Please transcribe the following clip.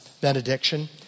benediction